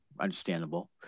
understandable